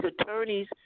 attorneys